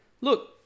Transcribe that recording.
Look